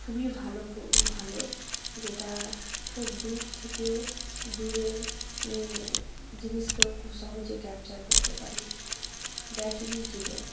খুবই ভালো ভালো যেটা খুব দূর থেকেও দূরের জিনিসকেও খুব সহজে ক্যাপচার করতে পারি ব্যাটারি জীবন